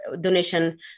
donation